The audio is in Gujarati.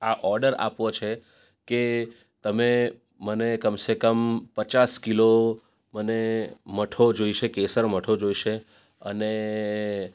આ ઓર્ડર આપવો છે કે તમે મને કમસેકમ પચાસ કિલો મને મઠો જોઈશે કેસર મઠો જોઈશે અને